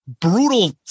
brutal